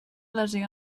lesió